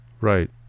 Right